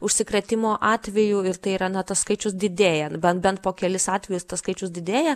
užsikrėtimo atvejų ir tai yra na tas skaičius didėjant bent bent po kelis atvejus tas skaičius didėja